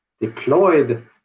deployed